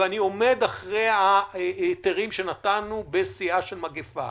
ואני עומד מאחורי ההיתרים שנתנו בשיאה של המגפה.